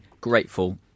grateful